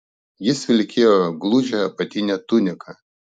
jis vilkėjo gludžią apatinę tuniką